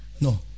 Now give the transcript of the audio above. No